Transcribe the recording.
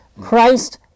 Christ